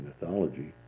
mythology